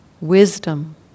wisdom